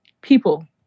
people